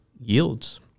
yields